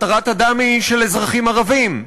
התרת הדם היא של אזרחים ערבים.